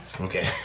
okay